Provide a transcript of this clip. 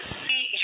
see